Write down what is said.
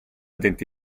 denti